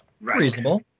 Reasonable